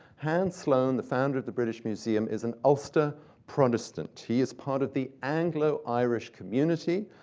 hans sloane, the founder of the british museum, is an ulster protestant. he is part of the anglo-irish community,